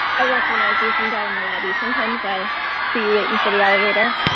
i recognize you from down in the lobby. sometimes, i see you waiting for the elevator.